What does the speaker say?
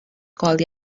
called